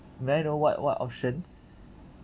may I know what what options